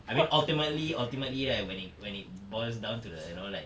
I mean ultimately ultimately right when it when it boils down to the you know like